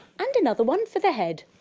and another one for the head,